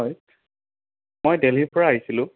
হয় মই দেলহীৰ পৰা আহিছিলোঁ